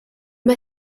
mae